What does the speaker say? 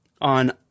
on